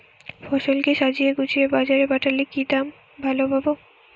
ফসল কে সাজিয়ে গুছিয়ে বাজারে পাঠালে কি দাম ভালো পাব?